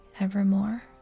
evermore